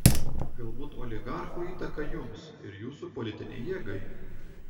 galbūt oligarchų įtaką jums ir jūsų politinei jėgai